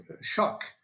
shock